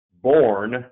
born